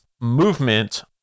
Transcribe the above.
movement